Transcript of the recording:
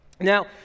Now